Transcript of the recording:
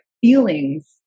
feelings